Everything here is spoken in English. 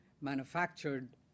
manufactured